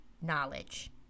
knowledge